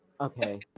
okay